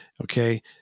Okay